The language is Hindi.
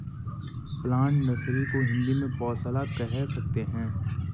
प्लांट नर्सरी को हिंदी में पौधशाला कह सकते हैं